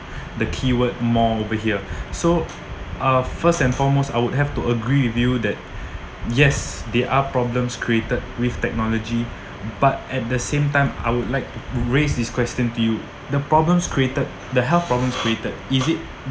the keyword more over here so uh first and foremost I would have to agree with you that yes there are problems created with technology but at the same time I would like to raise this question to you the problems created the health problems created is it